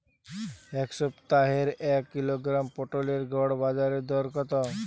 এ সপ্তাহের এক কিলোগ্রাম পটলের গড় বাজারে দর কত?